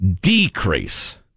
decrease